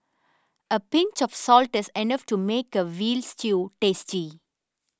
a pinch of salt is enough to make a Veal Stew tasty